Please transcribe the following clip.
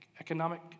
Economic